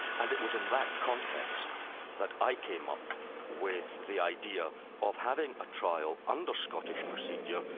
and it was in that context that i came up with the idea of having a trial under scottish procedure,